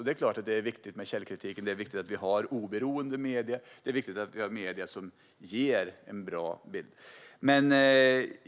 Det är klart att det är viktigt med källkritik och med oberoende medier. Det är viktigt att vi har medier som ger en bra bild.